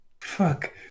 Fuck